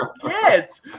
forget